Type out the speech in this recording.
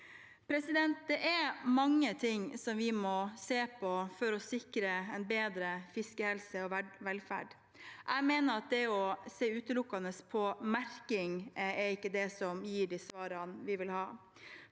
Det er mange ting vi må se på for å sikre en bedre fiskehelse og -velferd. Jeg mener at det å se utelukkende på merking ikke er det som gir de svarene vi vil ha.